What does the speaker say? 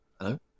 Hello